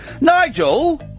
Nigel